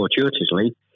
fortuitously